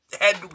head